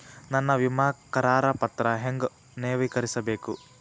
ನನ್ನ ವಿಮಾ ಕರಾರ ಪತ್ರಾ ಹೆಂಗ್ ನವೇಕರಿಸಬೇಕು?